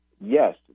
Yes